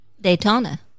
Daytona